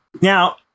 Now